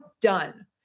Done